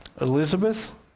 Elizabeth